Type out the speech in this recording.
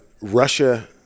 Russia